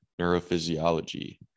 neurophysiology